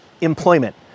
employment